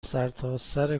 سرتاسر